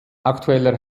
aktueller